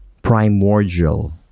Primordial